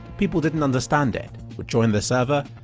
people didn't understand it, would join the server,